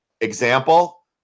example